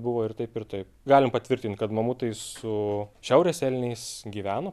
buvo ir taip ir taip galim patvirtinti kad mamutai su šiaurės elniais gyveno